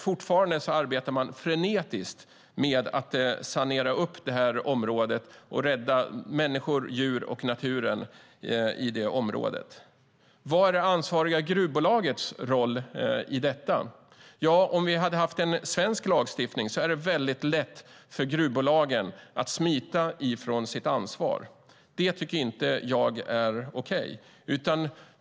Fortfarande arbetar man frenetiskt med att sanera området och rädda människor, djur och natur i området. Vad är det ansvariga gruvbolagets roll i detta? Om vi hade haft svensk lagstiftning är det väldigt lätt för gruvbolagen att smita från sitt ansvar. Det tycker inte jag är okej.